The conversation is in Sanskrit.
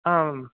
आम्